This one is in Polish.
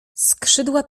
skrzydła